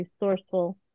resourceful